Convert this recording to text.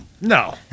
No